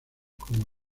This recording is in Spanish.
como